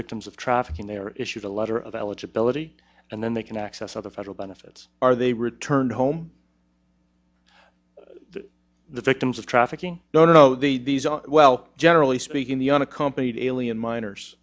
victims of trafficking they are issued a letter of eligibility and then they can access other federal benefits are they returned home the victims of trafficking don't know the these are well generally speaking the unaccompanied alien minors